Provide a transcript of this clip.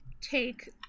take